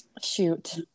Shoot